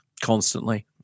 constantly